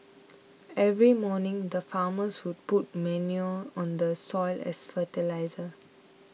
every morning the farmers would put manure on the soil as fertiliser